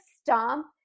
stomp